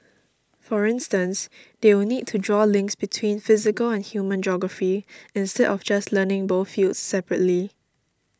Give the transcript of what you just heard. for instance they will need to draw links between physical and human geography instead of just learning both fields separately